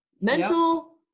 mental